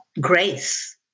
grace